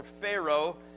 Pharaoh